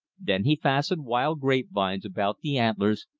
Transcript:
then he fastened wild grape vines about the antlers,